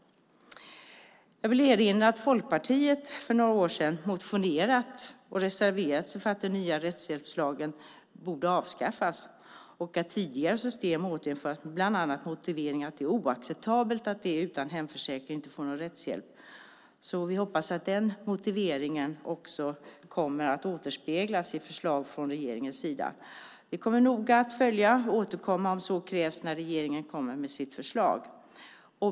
Jag vill erinra om att Folkpartiet för några år sedan motionerat och reserverat sig för att den nya rättshjälpslagen borde avskaffas och att tidigare system återinföras. Motiveringen är bland annat att det är oacceptabelt att de utan hemförsäkring inte får någon rättshjälp. Vi hoppas att den motiveringen också kommer att återspeglas i förslag från regeringens sida. Vi kommer noga att följa frågan och återkomma om så krävs när regeringen kommer med sitt förslag.